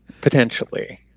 potentially